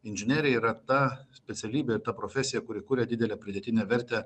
inžinerija yra ta specialybė ta profesija kuri kuria didelę pridėtinę vertę